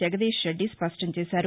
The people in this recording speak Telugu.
జగదీష్ రెడ్డి స్పష్టం చేశారు